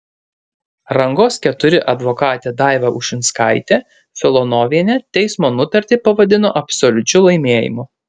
rangos iv advokatė daiva ušinskaitė filonovienė teismo nutartį pavadino absoliučiu laimėjimu